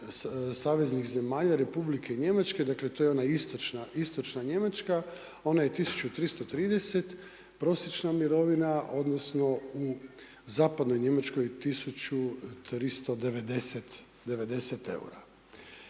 saveznih zemalja Republike Njemačke, dakle to je ona istočna Njemačka ona je 1330 prosječna mirovina odnosno u zapadnoj Njemačkoj 1390 eura.